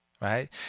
Right